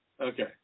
Okay